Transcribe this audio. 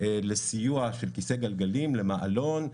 לסיוע של כיסא גלגלים, למעלון,